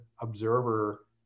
observer